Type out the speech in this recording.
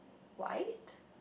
white